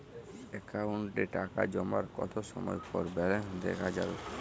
অ্যাকাউন্টে টাকা জমার কতো সময় পর ব্যালেন্স দেখা যাবে?